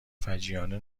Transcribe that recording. فجیعانه